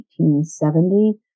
1870